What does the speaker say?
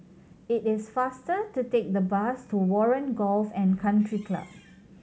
it is faster to take the bus to Warren Golf and Country Club